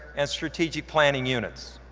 and strategic planning units.